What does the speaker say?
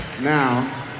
Now